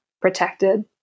protected